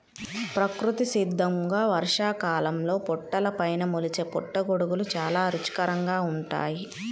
ప్రకృతి సిద్ధంగా వర్షాకాలంలో పుట్టలపైన మొలిచే పుట్టగొడుగులు చాలా రుచికరంగా ఉంటాయి